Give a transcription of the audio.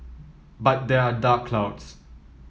but there are dark clouds